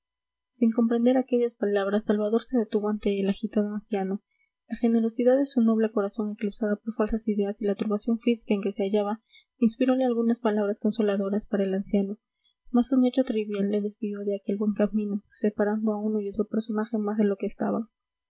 sin comprender aquellas palabras salvador se detuvo ante el agitado anciano la generosidad de su noble corazón eclipsada por falsas ideas y la turbación física en que se hallaba inspirole algunas palabras consoladoras para el anciano mas un hecho trivial le desvió de aquel buen camino separando a uno y otro personaje más de lo que estaban